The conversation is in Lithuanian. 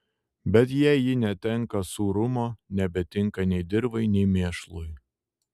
bet jei ji netenka sūrumo nebetinka nei dirvai nei mėšlui